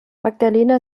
magdalena